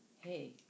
Hey